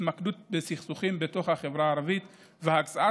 התמקדות בסכסוכים בתוך החברה הערבית והקצאת